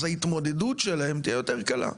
אז ההתמודדות שלהם תהיה יותר קלה.